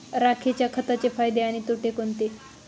राखेच्या खताचे फायदे आणि तोटे कोणते?